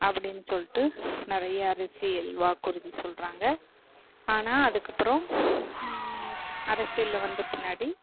அப்படினு சொல்லிட்டு நிறையா அரசியல் வாக்குறுதி சொல்கிறாங்க ஆனால் அதுக்கப்புறம் அரசியலில் வந்த பின்னாடி